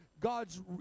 God's